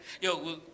Yo